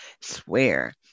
swear